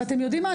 ואתם יודעים מה,